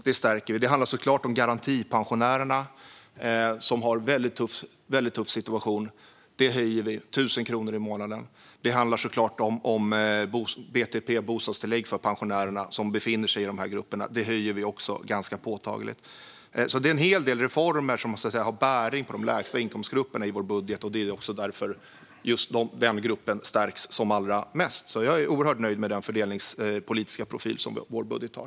Det handlar såklart om garantipensionärerna, som har en väldigt tuff situation. Vi höjer deras pension med 1 000 kronor i månaden. Det handlar om bostadstillägg för pensionärer som befinner sig i dessa grupper - även detta höjer vi ganska påtagligt. Vår budget innehåller alltså en hel del reformer som har bäring på de lägsta inkomstgrupperna, och det är därför just dessa grupper stärks allra mest. Jag är oerhört nöjd med den fördelningspolitiska profil som vår budget har.